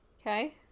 Okay